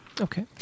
Okay